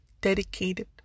dedicated